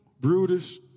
brutish